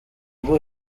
rwo